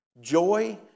Joy